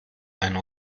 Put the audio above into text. einen